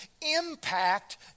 impact